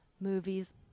movies